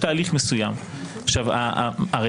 --- מופע אימים?